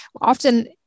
often